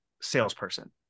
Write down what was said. salesperson